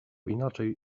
inaczej